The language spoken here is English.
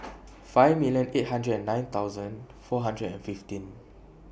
five million eight hundred and nine thousand four hundred and fifteen